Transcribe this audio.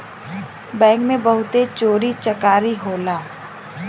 bank में बहुते चोरी चकारी होला